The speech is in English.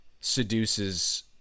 seduces